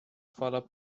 fala